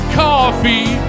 coffee